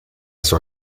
sua